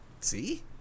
See